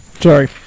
Sorry